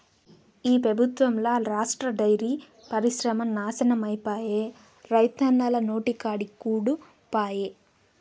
ఈ పెబుత్వంల రాష్ట్ర డైరీ పరిశ్రమ నాశనమైపాయే, రైతన్నల నోటికాడి కూడు పాయె